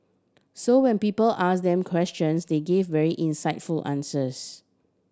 so when people ask them questions they gave very insightful answers